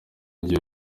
gihe